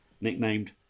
nicknamed